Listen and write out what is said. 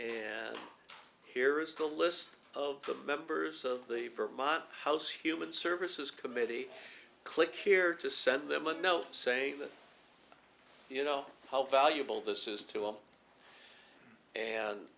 and here is the list of members of the vermont house human services committee click here to send them a note saying that you know how valuable this is to him and